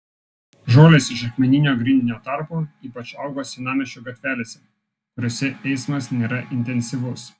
žolės iš akmeninio grindinio tarpų ypač auga senamiesčio gatvelėse kuriose eismas nėra intensyvus